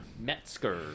Metzger